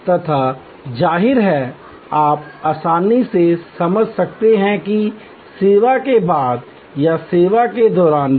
तथा जाहिर है आप आसानी से समझ सकते हैं कि सेवा के बाद या सेवा के दौरान भी